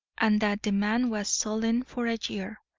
and that the man was sullen for a year.